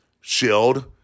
Shield